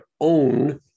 own